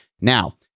Now